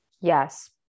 Yes